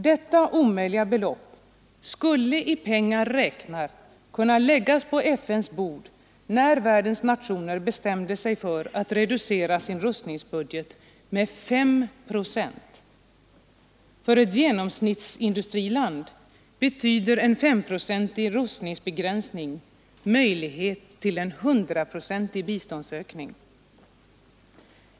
Detta omöjliga belopp skulle i pengar räknat kunna läggas på FN:s bord när världens nationer bestämde sig för att reducera sin rustningsbudget med 5 procent. För ett genomsnittsindustriland betyder en femprocentig rustningsbegränsning möjlighet till en hundraprocentig biståndsökning.